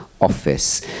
Office